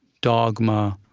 dogma.